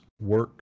work